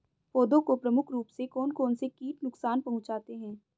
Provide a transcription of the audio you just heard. पौधों को प्रमुख रूप से कौन कौन से कीट नुकसान पहुंचाते हैं?